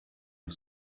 off